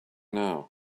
now